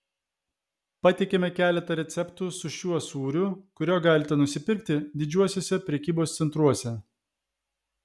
pateikiame keletą receptų su šiuo sūriu kurio galite nusipirkti didžiuosiuose prekybos centruose